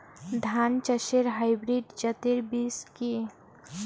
ধান চাষের হাইব্রিড জাতের বীজ কি?